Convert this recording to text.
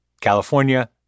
California